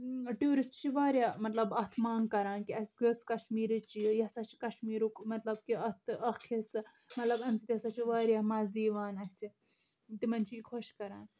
tourist چھِ واریاہ مطلب اَتھ منٛگ کَران کہ اَسہِ گٔژھ کشمیٖرٕچ یہِ یہِ ہسا چھِ کشمیٖرُک مطلب کہ اَتھ اَکھ حصہٕ مطلب اَمہِ سۭتۍ ہسا چھُ واریاہ مَزٕ یِوان اَسہِ تِمَن چھِ یہِ خۄش کَران